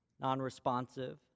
non-responsive